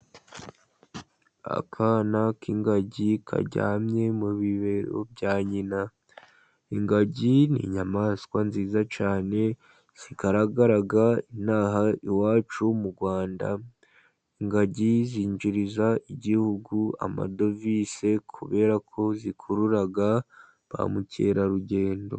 Akana k'ingagi karyamye mu bibero bya nyina, ingagi ni inyamaswa nziza cyane zigaragara ino aha iwacu mu Rwanda, ingagi zinjiriza igihugu amadovize, kubera ko zikurura ba Mukerarugendo.